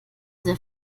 sehr